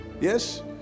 Yes